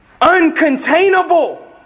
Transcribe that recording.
uncontainable